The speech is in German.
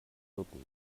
hirten